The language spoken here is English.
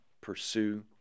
pursue